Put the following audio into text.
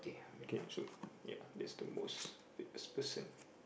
okay so ya that's the most famous person